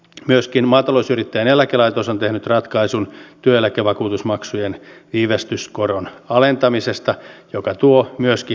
myöskin maatalousyrittäjien eläkelaitos on tehnyt ratkaisun työeläkevakuutusmaksujen viivästyskoron alentamisesta mikä tuo myöskin helpotusta tiloille